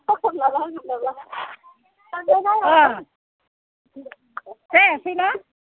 थखन लाना होगोन नामा दानबायना आयं ओं जायाखै ना